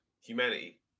humanity